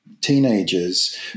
teenagers